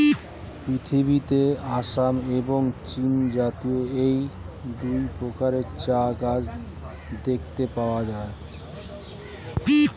পৃথিবীতে আসাম এবং চীনজাতীয় এই দুই প্রকারের চা গাছ দেখতে পাওয়া যায়